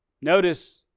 Notice